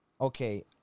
Okay